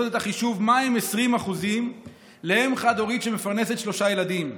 לעשות את החישוב מה הם 20% לאם חד-הורית שמפרנסת שלושה ילדים,